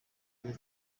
igihe